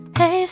hey